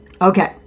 Okay